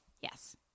Yes